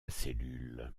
cellule